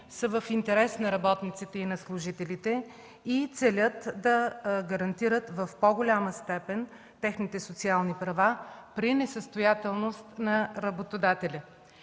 са в интерес на работниците и служителите и целят да гарантират в по-голяма степен техните социални права при несъстоятелност на работодателите.